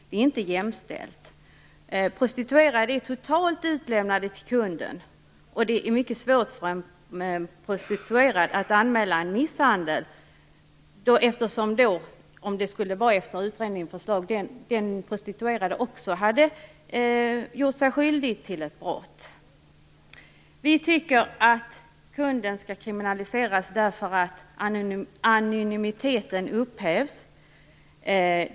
De prostituerade är helt utlämnade till kunden, och det skulle vara mycket svårt för en prostituerad att anmäla en misshandel om den prostituerade, enligt utredningens förslag, också gör sig skyldig till ett brott. Vi tycker att kunden skall kriminaliseras eftersom anonymiteten upphävs.